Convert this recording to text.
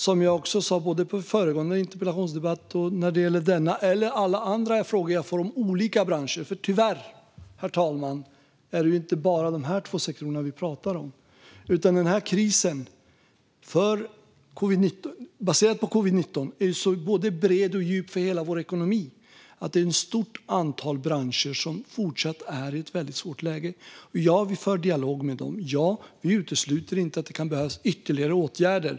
Som jag sa när det gällde den föregående interpellationsdebatten och alla andra frågor jag får om olika branscher, för tyvärr är det ju inte bara dessa två sektorer vi talar om, utan covid-19-krisen är så bred och djup i hela ekonomin att ett stort antal branscher fortsatt är i ett väldigt svårt läge: Ja, vi för dialog med dem. Ja, vi utesluter inte att det kan behövas ytterligare åtgärder.